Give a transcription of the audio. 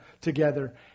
together